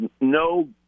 no